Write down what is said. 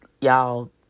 y'all